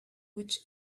which